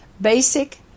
basic